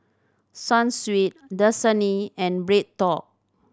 Sunsweet Dasani and BreadTalk